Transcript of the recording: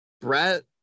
brett